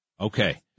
Okay